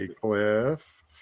cliff